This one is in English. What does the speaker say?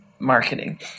Marketing